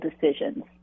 decisions